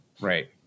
Right